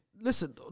Listen